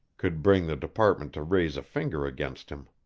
could bring the department to raise a finger against him.